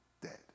dead